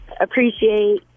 appreciate